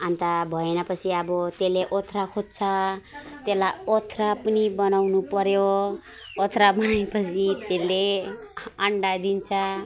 अन्त भएन पछि अब त्यसले ओथ्रा खोज्छ त्यसलाई ओथ्रा पनि बनाउनु पर्यो ओथ्रा बनाए पछि त्यसले अन्डा दिन्छ